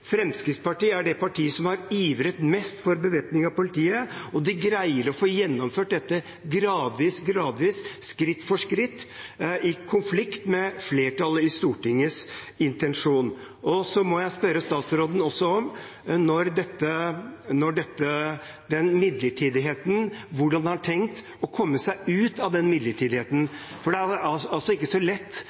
Fremskrittspartiet er det partiet som har ivret mest for bevæpning av politiet, og de greier å få gjennomført dette gradvis – gradvis, skritt for skritt – i konflikt med stortingsflertallets intensjon. Så må jeg også spørre statsråden om hvordan han har tenkt å komme seg ut av den midlertidigheten. For det er ikke så lett